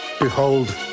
behold